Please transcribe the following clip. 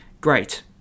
Great